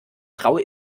traue